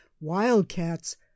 wildcats